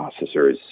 processors